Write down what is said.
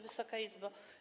Wysoka Izbo!